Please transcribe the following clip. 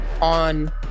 on